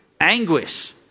anguish